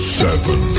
seven